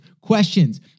questions